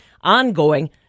ongoing